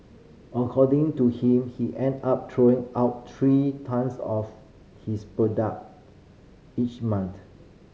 according to him he end up throwing out three tonnes of his product each month